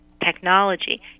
technology